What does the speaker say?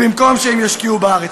במקום שהם ישקיעו בארץ.